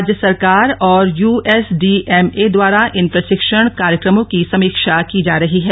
राज्य सरकार और यूएसडीएमए इन प्रशिक्षण कार्यक्रमों की समीक्षा की जा रही है